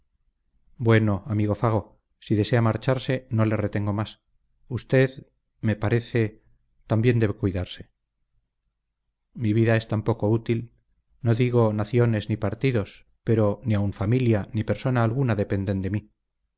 bueno amigo fago si desea marcharse no le retengo más usted me parece también debe cuidarse mi vida es tan poco útil no digo naciones ni partidos pero ni aun familia ni persona alguna dependen de mí